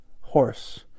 horse